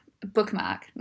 bookmark